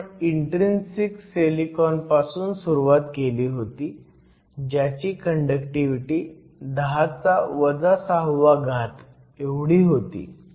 तर आपण intrinsic silicon पासून सुरुवात केली होती ज्याची कंडक्टिव्हिटी 10 6 एवढी होती